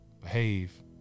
behave